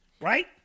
Right